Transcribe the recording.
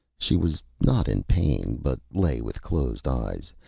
she was not in pain, but lay with closed eyes,